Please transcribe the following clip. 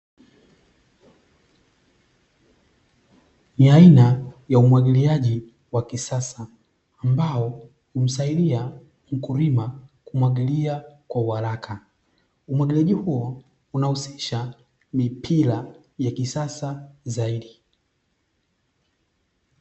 Ni aina ya umwagiliaji wa kisasa, ambao humsaidia mkulima kumwagilia kwa uharaka, umwagiliaji huo unahusisha mipira ya kisasa zaidi.